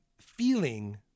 feeling